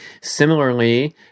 Similarly